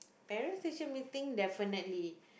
parent station meeting definitely